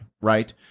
right